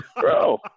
bro